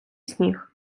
сніг